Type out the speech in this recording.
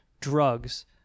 drugs